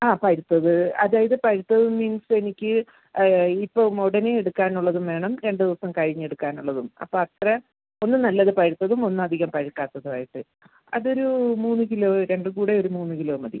ആ പഴുത്തത് അതായത് പഴുത്തത് മീൻസ് എനിക്ക് ഇപ്പം ഉടനെ എടുക്കാനുള്ളതും വേണം രണ്ട് ദിവസം കഴിഞ്ഞ് എടുക്കാനുള്ളതും അപ്പോൾ അത്ര ഒന്ന് നല്ലത് പഴുത്തതും ഒന്ന് അധികം പഴുക്കാത്തതും ആയിട്ട് അതൊരു മൂന്ന് കിലോ രണ്ടും കൂടെ ഒര് മൂന്ന് കിലോ മതി